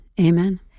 Amen